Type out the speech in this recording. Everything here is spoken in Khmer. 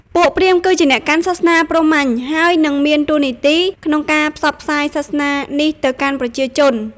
ពួកព្រាហ្មណ៍ គឺជាអ្នកកាន់សាសនាព្រាហ្មញ្ញ ហើយនិងមានតួនាទីក្នុងការផ្សព្វផ្សាយសាសនានេះទៅកាន់ប្រជាជន។